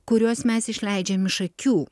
kuriuos mes išleidžiam iš akių